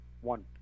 one